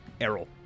Errol